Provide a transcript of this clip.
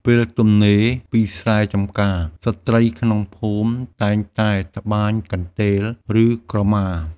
ពេលទំនេរពីស្រែចម្ការ ស្ត្រីក្នុងភូមិតែងតែត្បាញកន្ទេល ឬក្រមា។